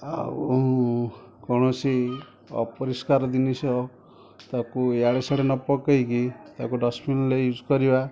ଆଉ କୌଣସି ଅପରିଷ୍କାର ଜିନିଷ ତାକୁ ଇଆଡ଼େ ସିଆଡ଼େ ନ ପକେଇକି ତାକୁ ଡଷ୍ଟବିନ୍ରେ ୟୁଜ୍ କରିବା